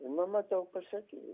ir mama tau pasakys